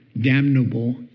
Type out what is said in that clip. damnable